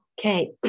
Okay